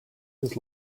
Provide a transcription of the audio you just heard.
his